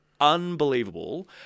unbelievable